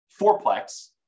fourplex